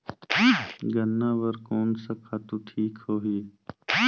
गन्ना बार कोन सा खातु ठीक होही?